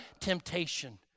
temptation